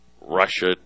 russia